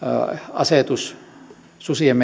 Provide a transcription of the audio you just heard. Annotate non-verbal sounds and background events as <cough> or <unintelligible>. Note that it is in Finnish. asetus susien <unintelligible>